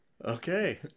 Okay